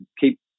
keep